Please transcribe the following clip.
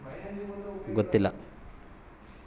ಯಾವ ಯಾವ ಸಮಯದಾಗ ಬೆಳೆಗೆ ಔಷಧಿಯನ್ನು ಹಾಕ್ತಿರಬೇಕು?